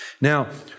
Now